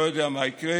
אני לא יודע מה יקרה,